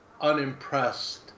unimpressed